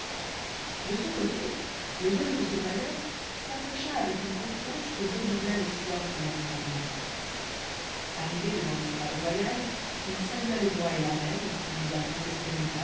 de son côté le jeune drosselmayer s'approcha avec une confiance qui redoubla l'espoir qu'on avait en lui arrivé devant l'estrade royale il salua le roi et la reine puis la princesse